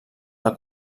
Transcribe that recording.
del